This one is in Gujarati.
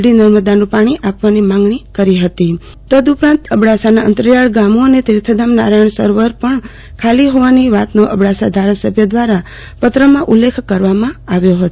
ડી નર્મદાનું પાણી આપવાની માંગણી કરી ફતી તદ્દ ઉપરાંત અબડાસા નાં અંત રિયાલ ગામો અને તીર્થધામ નારાયણસરોવર પાણી ખાલી ફોવાના વાતનો અબડાસા ધારાસભ્ય દવારા પત્ર માં ઉલ્લેખનીય કરવામાં આવ્યો ફતો